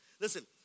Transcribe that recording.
Listen